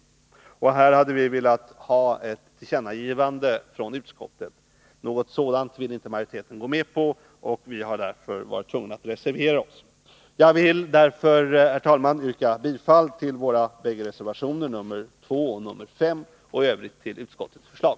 På den punkten ville vi att utskottet skulle göra ett tillkännagivande, men det ville inte majoriteten gå med på. Därför har vi tvingats reservera oss. Jag ber, herr talman, att få yrka bifall till våra bägge reservationer, nr 2 och 5, och i övrigt till utskottets förslag.